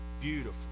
Beautiful